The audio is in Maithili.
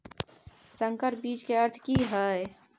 संकर बीज के अर्थ की हैय?